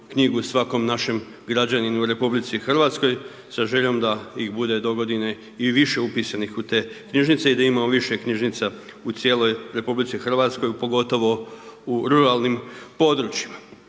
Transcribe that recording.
knjigu svakom našem građaninu u RH sa željom da ih bude dogodine i više upisanih u te knjižnice i da imamo više knjižnica u cijeloj RH, pogotovo u ruralnim područjima.